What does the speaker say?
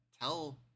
tell